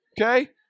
Okay